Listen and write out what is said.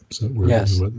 Yes